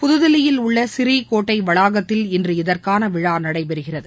புதுதில்லியில் உள்ள சிரி கோட்டை வளாகத்தில் இன்று இதற்கான விழா நடைபெறுகிறது